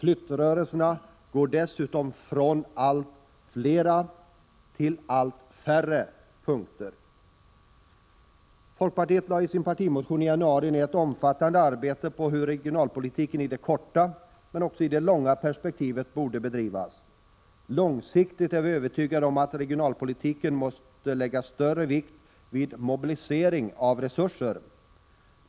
Flyttrörelserna går dessutom från allt flera till allt färre punkter. Folkpartiet lade i sin partimotion i januari ned ett omfattande arbete på att utreda hur regionalpolitiken i det korta men också i det långa perspektivet borde bedrivas. Vi är övertygade om att regionalpolitiken långsiktigt måste lägga större vikt vid mobilisering av resurser.